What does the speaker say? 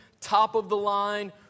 top-of-the-line